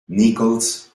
nichols